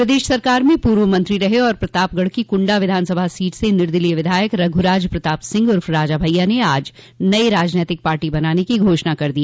प्रदेश सरकार में पूर्व मंत्री रहे और प्रतापगढ़ की कुंडा विधानसभा सीट से निर्दलीय विधायक रघुराज प्रताप सिंह उर्फ राजा भइया ने आज नई राजनैतिक पार्टी बनाने की घोषणा कर दी